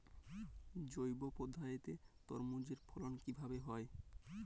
জৈব পদ্ধতিতে তরমুজের ফলন কিভাবে হয়?